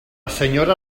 senyora